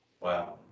Wow